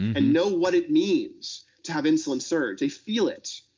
and know what it means to have insulin surge, they feel it,